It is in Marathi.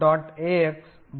ax म्हणतात